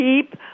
keep